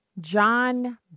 John